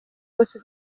fosse